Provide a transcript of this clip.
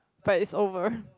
but it's over